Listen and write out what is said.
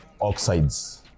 Oxide's